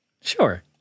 sure